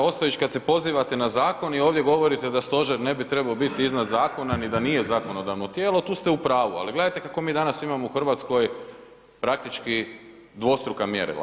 Kolega Ostojić kada se pozivate na zakon i ovdje govorite da stožer ne bi trebao biti iznad zakona ni da nije zakonodavno tijelo tu ste u pravu, ali gledajte kako mi danas imamo u Hrvatskoj praktički dvostruka mjerila.